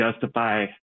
justify